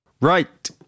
Right